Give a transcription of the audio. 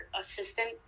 assistant